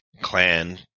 clan